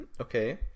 okay